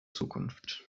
zukunft